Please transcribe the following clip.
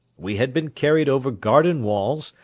we had been carried over garden-walls,